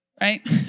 right